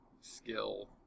skill